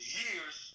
years